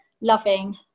loving